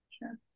sure